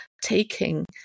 taking